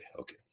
Okay